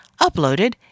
uploaded